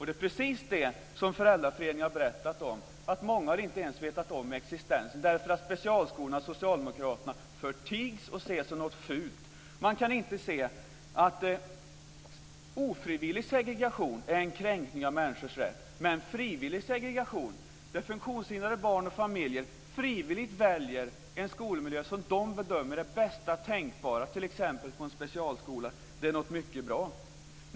Det är precis det som föräldraföreningen har berättat om; många har inte ens vetat om existensen, därför att specialskolorna förtigs av socialdemokraterna och ses som något fult. Ofrivillig segregation är en kränkning av människor. Men frivillig segregation, där funktionshindrade barn och deras familjer frivilligt väljer en skolmiljö som de bedömer vara bästa tänkbara, t.ex. på en specialskola, är något bra.